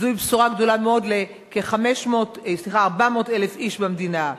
זוהי בשורה גדולה מאוד ל-400,000 איש במדינה.